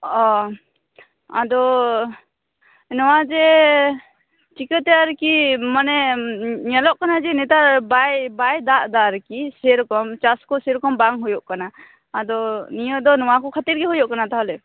ᱚᱻ ᱟᱫᱚ ᱱᱚᱣᱟ ᱡᱮ ᱪᱤᱠᱟᱹᱛᱮ ᱟᱨᱠᱤ ᱢᱟᱱᱮ ᱧᱮᱞᱚᱜ ᱠᱟᱱᱟ ᱡᱮ ᱱᱮᱛᱟᱨ ᱵᱟᱭ ᱵᱟᱭ ᱫᱟᱜ ᱮᱫᱟ ᱟᱨᱠᱤ ᱥᱮᱨᱚᱠᱚᱢ ᱪᱟᱥ ᱠᱚ ᱥᱮᱨᱚᱠᱚᱢ ᱵᱟᱝ ᱦᱩᱭᱩᱜ ᱠᱟᱱᱟ ᱟᱫᱚ ᱱᱤᱭᱟᱹ ᱫᱚ ᱱᱚᱣᱟ ᱠᱚ ᱠᱷᱟᱹᱛᱤᱨ ᱜᱮ ᱦᱩᱭᱩᱜ ᱠᱟᱱᱟ ᱛᱟᱦᱚᱞᱮ